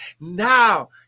now